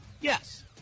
Yes